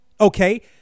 okay